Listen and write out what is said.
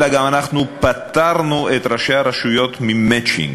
אלא גם אנחנו פטרנו את ראשי הרשויות ממצ'ינג.